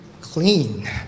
clean